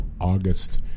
august